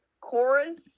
Chorus